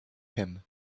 him